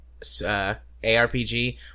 ARPG